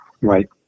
Right